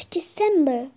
December